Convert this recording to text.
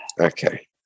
Okay